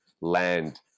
land